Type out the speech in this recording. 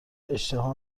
اشتها